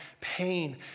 pain